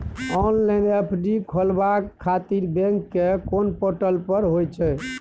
Online FD खोलाबय खातिर bank के कोन पोर्टल पर होए छै?